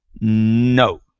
No